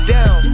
Down